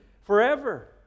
forever